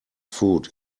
food